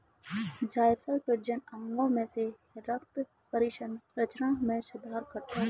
जायफल प्रजनन अंगों में रक्त परिसंचरण में सुधार करता है